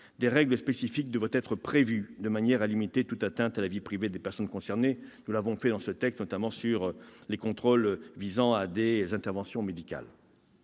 des règles spécifiques devraient être prévues de manière à limiter toute atteinte à la vie privée des personnes concernées ». Nous l'avons fait dans ce texte, notamment pour les contrôles visant à des interventions médicales.